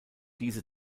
diese